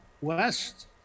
west